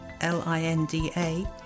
L-I-N-D-A